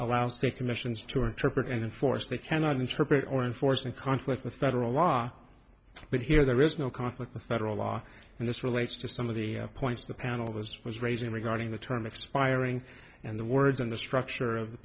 allows to commissions to interpret and enforce they cannot interpret or enforce and conflict with federal law but here there is no conflict with federal law and this relates to some of the points the panel was was raising regarding the term expiring and the words in the structure of the